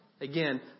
Again